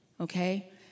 okay